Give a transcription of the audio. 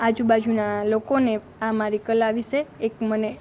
આજુબાજુનાં લોકોને આ મારી કળા વિશે એક મને